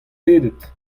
pedet